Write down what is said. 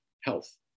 health